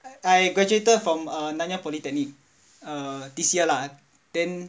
I graduated from nanyang polytechnic err this year lah then